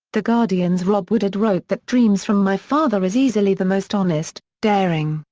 the guardian's rob woodard wrote that dreams from my father is easily the most honest, daring,